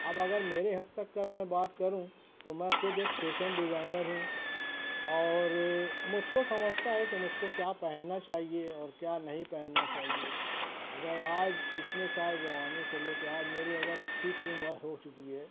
اب اگر میرے حد تک کر میں بات کروں تو میں خود ایک فیشن ڈیزائنر ہوں اور مجھ کو سمجھتا ہے کہ مجھ کو کیا پہننا چاہیے اور کیا نہیں پہننا چاہیے اگر آج اتنے سال جوانی سے لے کے آج میری اگر اسّی کی عمر ہو چکی ہے